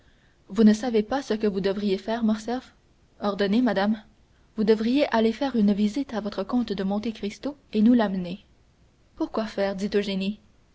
vous ne savez pas ce que vous devriez faire morcerf ordonnez madame vous devriez aller faire une visite à votre comte de monte cristo et nous l'amener pourquoi faire dit eugénie